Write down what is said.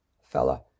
Fella